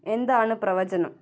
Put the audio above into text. എന്താണ് പ്രവചനം